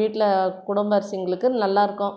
வீட்டில குடும்ப அரசிங்களுக்கு நல்லா இருக்கும்